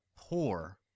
poor